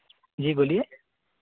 जी बोलिए